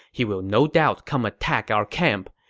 he will no doubt come attack our camp.